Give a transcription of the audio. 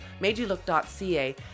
madeyoulook.ca